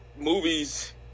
movies